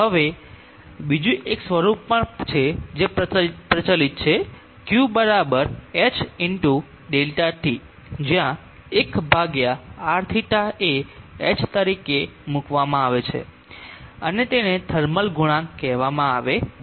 હવે બીજું એક સ્વરૂપ પણ છે જે પ્રચલિત છે q hΔT જ્યાં 1 Rθ એ h તરીકે મૂકવામાં આવે છે અને તેને થર્મલ ગુણાંક કહેવામાં આવે છે